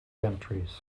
entries